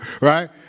Right